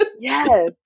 Yes